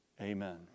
Amen